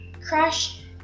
Crash